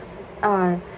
uh